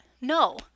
No